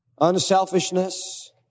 unselfishness